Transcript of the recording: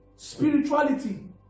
Spirituality